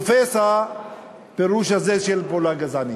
תופס הפירוש הזה של פעולה גזענית,